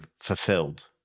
fulfilled